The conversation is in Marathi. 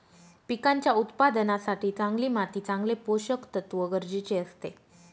पिकांच्या उत्पादनासाठी चांगली माती चांगले पोषकतत्व गरजेचे असते